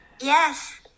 Yes